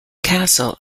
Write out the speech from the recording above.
castle